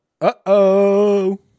uh-oh